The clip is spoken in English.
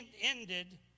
ended